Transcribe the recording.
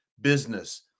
business